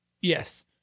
Yes